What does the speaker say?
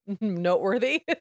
noteworthy